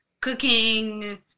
cooking